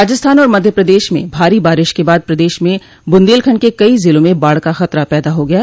राजस्थान और मध्य प्रदेश में भारी बारिश के बाद प्रदेश में बुन्देलखंड के कई जिलों में बाढ़ का खतरा पैदा हो गया है